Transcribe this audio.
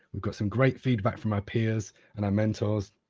we've got some great feedback from our peers and um mentors,